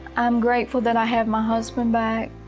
i'm grateful that i have my husband back.